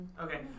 Okay